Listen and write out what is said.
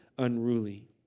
unruly